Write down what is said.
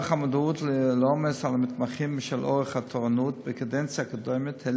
המודעות לעומס על המתמחים בשל אורך התורנות בקדנציה הקודמת שלי,